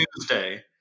Tuesday